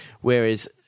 Whereas